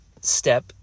step